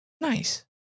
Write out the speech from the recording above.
Nice